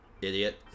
Idiot